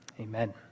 Amen